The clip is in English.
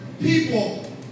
people